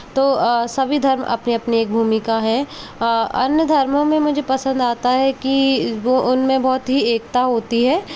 तो सभी धर्म अपनी अपनी एक भूमिका है अन्य धर्मों में मुझे पसंद आता है की वो उनमें बहुत ही एकता होती है